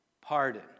pardon